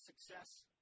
success